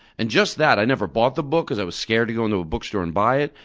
and just that. i never bought the book because i was scared to go into a bookstore and buy it,